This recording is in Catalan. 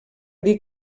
dir